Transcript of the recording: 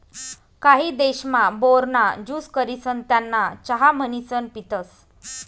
काही देशमा, बोर ना ज्यूस करिसन त्याना चहा म्हणीसन पितसं